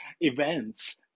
events